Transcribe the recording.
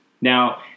Now